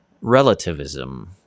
relativism